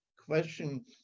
question